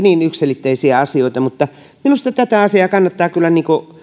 niin yksiselitteisiä asioita minusta tätä asiaa kannattaa kyllä